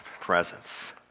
presence